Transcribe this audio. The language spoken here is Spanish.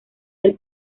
del